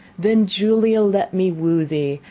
then, julia, let me woo thee,